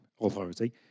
authority